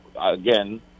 again